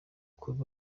kuri